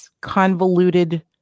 convoluted